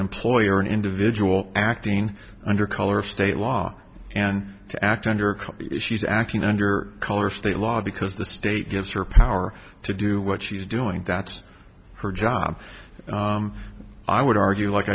employer an individual acting under color of state law and to act under she's acting under color of state law because the state gives her power to do what she's doing that's her job i would argue like